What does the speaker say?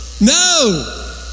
no